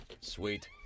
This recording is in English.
sweet